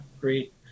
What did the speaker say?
great